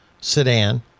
sedan